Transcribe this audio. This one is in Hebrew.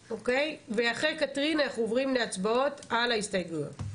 ואחרי קתרין אנחנו עוברים להצבעות על ההסתייגויות.